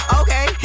okay